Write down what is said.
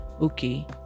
okay